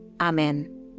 Amen